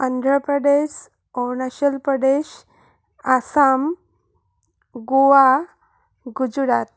Andhra Pradesh Arunachal Pradesh Assam Goa Gujarat